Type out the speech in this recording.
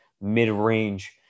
mid-range